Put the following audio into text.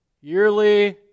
Yearly